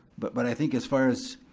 but but i think as far as